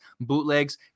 bootlegs